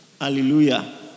hallelujah